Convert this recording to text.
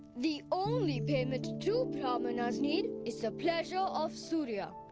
the only payment true brahmanas need is the pleasure of surya.